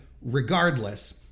regardless